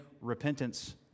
repentance